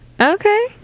Okay